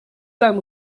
sein